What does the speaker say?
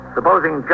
Supposing